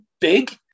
big